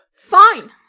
Fine